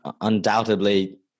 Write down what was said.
undoubtedly